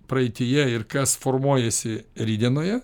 praeityje ir kas formuojasi rytdienoje